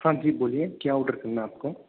हाँ जी बोलिए क्या ऑडर करना है आपको